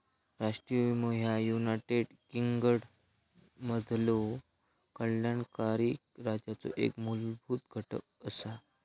राष्ट्रीय विमो ह्या युनायटेड किंगडममधलो कल्याणकारी राज्याचो एक मूलभूत घटक असा